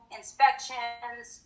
inspections